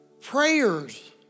prayers